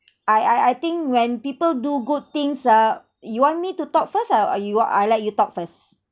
I I I think when people do good things ah you want me to talk first or or you want I let you talk first